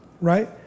Right